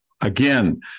again